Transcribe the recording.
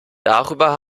darüber